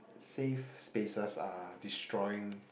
safe spaces are destroying